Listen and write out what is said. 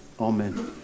Amen